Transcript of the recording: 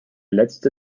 letzte